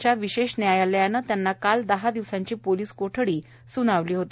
च्या विशेष न्यायालयानं त्यांना काल दहा दिवसांची पोलीस कोठडी सुनावली होती